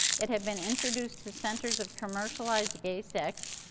it had been introduced to centers of commercialized gay sex,